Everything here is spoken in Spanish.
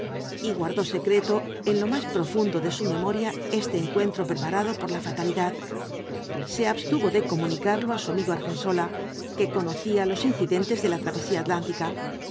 y guardó secreto en lo más profundo de su memoria este encuentro preparado por uos cuatro jinbtbs dbl apocalipsis la fatalidad se abstuvo de comunicarlo á su amigo argensola que conocía los incidentes de la travesía atlántica